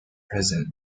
present